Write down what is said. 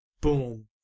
boom